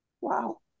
Wow